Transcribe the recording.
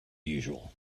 usual